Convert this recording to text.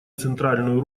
центральную